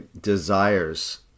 desires